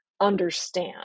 understand